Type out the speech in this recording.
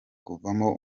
kuvamo